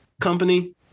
company